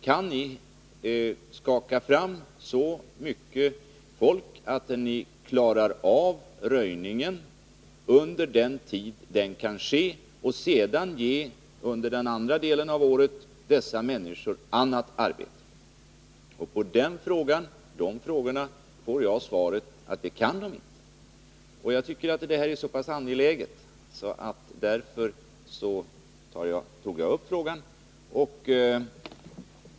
Kan ni skaka fram så mycket folk att ni klarar röjningen under den årstid den kan ske, och kan ni under övriga delar av året ge dessa människor annat arbete? På de frågorna har jag fått svaret att det kan de inte. Jag tycker att detta är så pass angeläget att jag tog upp frågan.